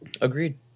Agreed